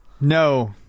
No